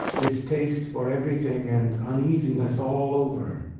distaste for everything and uneasiness all over.